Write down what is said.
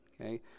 okay